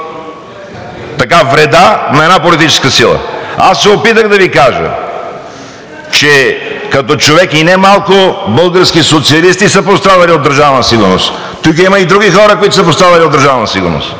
във вреда на една политическа сила. Аз се опитах да Ви кажа, че като човек, и немалко български социалисти са пострадали от Държавна сигурност, тук има и други хора, които са пострадали от Държавна сигурност,